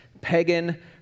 pagan